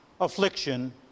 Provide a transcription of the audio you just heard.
affliction